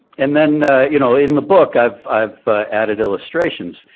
and then you know in the book i've i've added illustrations.